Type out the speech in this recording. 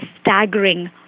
staggering